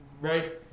Right